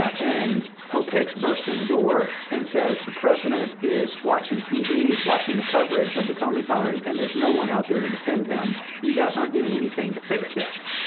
and hope hicks bursts in the door and says the president is watching tv. he's watching the coverage of the comey firing, and there's no one out there to defend him. you guys aren't doing anything to fix this.